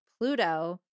Pluto